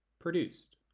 Produced